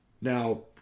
Now